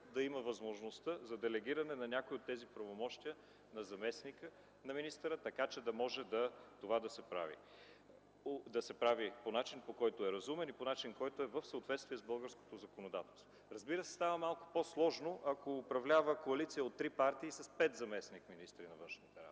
да има възможността за делегиране на някои от тези правомощия на заместника на министъра, така че да може това да се прави по начин, който е разумен и е в съответствие с българското законодателство. Разбира се, става малко по-сложно, ако управлява коалиция от три партии с 5 заместник-министри на външните работи.